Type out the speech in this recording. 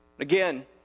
Again